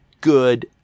good